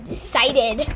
Decided